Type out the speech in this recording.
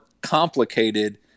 complicated